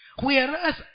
Whereas